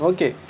Okay